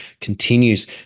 continues